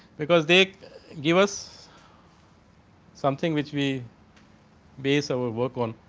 because they give us something which we base our work on.